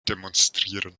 demonstrieren